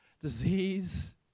disease